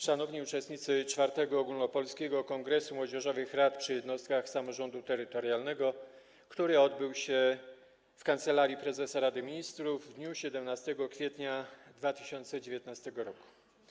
Szanowni Uczestnicy IV Ogólnopolskiego Kongresu Młodzieżowych Rad przy Jednostkach Samorządu Terytorialnego, który odbył się w Kancelarii Prezesa Rady Ministrów w dniu 17 kwietnia 2019 r.